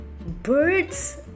birds